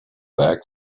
back